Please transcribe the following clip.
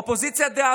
האופוזיציה דאז,